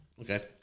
Okay